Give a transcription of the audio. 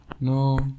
No